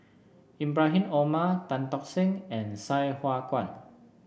Ibrahim Omar Tan Tock Seng and Sai Hua Kuan